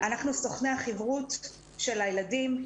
אנחנו סוכני החברוּת של הילדים,